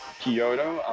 Kyoto